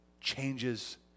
changes